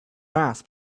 mass